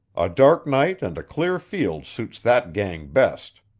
a dark night and a clear field suits that gang best.